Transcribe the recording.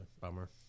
Bummer